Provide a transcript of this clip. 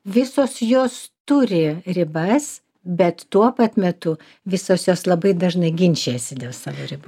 visos jos turi ribas bet tuo pat metu visos jos labai dažnai ginčijasi dėl savo ribų